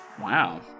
Wow